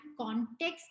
context